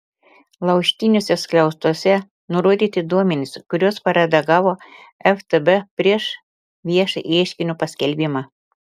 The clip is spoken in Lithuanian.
laužtiniuose skliaustuose nurodyti duomenys kuriuos paredagavo ftb prieš viešą ieškinio paskelbimą